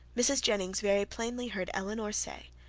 mrs. jennings very plainly heard elinor say,